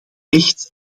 echt